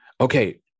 okay